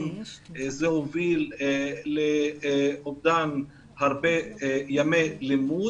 גם זה הוביל לאבדן הרבה ימי לימוד.